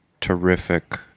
terrific